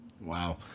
Wow